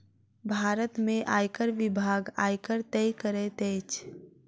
भारत में आयकर विभाग, आयकर तय करैत अछि